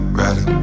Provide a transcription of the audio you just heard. ready